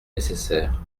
nécessaire